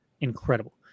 incredible